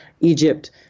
Egypt